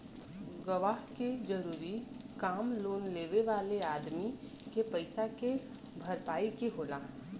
गवाह के जरूरी काम लोन लेवे वाले अदमी के पईसा के भरपाई के होला